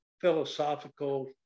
philosophical